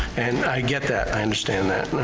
and i get that, i understand that.